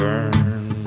Burn